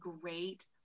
great